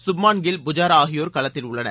சுப்மான் கில் புஜாரா ஆகியோர் களத்தில் உள்ளனர்